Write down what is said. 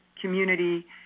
community